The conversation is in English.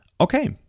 Okay